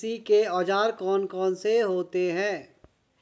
कृषि के औजार कौन कौन से होते हैं?